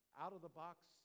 out-of-the-box